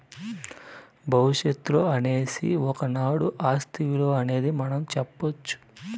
భవిష్యత్తులో అనేసి ఒకనాడు ఆస్తి ఇలువ అనేది మనం సెప్పొచ్చు